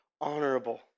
honorable